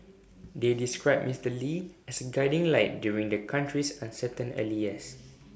they described Mister lee as A guiding light during the country's uncertain early years